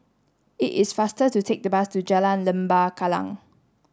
it is faster to take the bus to Jalan Lembah Kallang